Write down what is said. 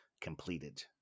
completed